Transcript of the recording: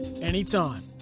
anytime